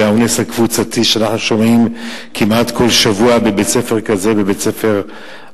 האונס הקבוצתי שאנחנו שומעים כמעט כל שבוע בבית-ספר כזה או אחר,